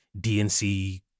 DNC